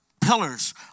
pillars